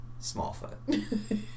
Smallfoot